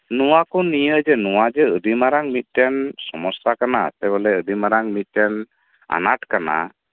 ᱱᱚᱣᱟ ᱠᱚ ᱱᱤᱭᱟᱹᱜᱮ ᱱᱚᱣᱟ ᱠᱚ ᱟᱹᱰᱤ ᱢᱟᱨᱟᱝ ᱢᱤᱫᱴᱮᱱ ᱥᱚᱢᱚᱥᱥᱟ ᱠᱟᱱᱟ ᱱᱚᱰᱮ ᱟᱹᱰᱤ ᱢᱟᱨᱟᱝ ᱢᱤᱫᱴᱮᱱ ᱟᱱᱟᱴ ᱠᱟᱱᱟ